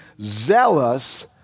zealous